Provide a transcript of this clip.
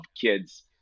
kids